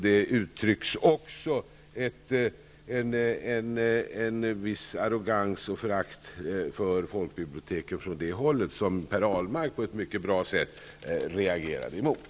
Det uttrycks också en viss arrogans och ett förakt för folkbiblioteken på det hållet som Per Ahlmark på ett mycket bra sätt reagerade emot.